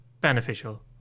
beneficial